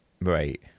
Right